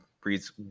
breeds